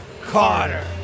Carter